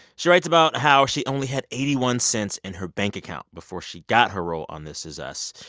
she writes about how she only had eighty one cents in her bank account before she got her role on this is us.